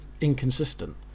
inconsistent